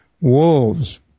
wolves